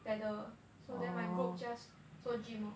paddle so then my group just 做 gym lor